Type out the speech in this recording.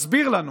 מסביר לנו